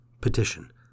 Petition